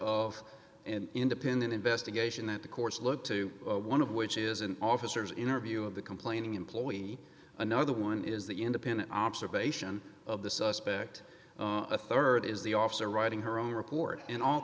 of an independent investigation that the courts look to one of which is an officer's interview of the complaining employee another one is the independent observation of the suspect the rd is the officer writing her own report in all